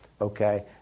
okay